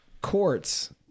courts